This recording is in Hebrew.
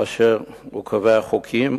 הוא קובע חוקים,